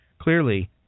Clearly